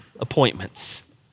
appointments